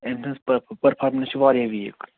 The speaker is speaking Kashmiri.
أمۍ سٕنٛز پٔرفارمنَس چھِ واریاہ ویٖک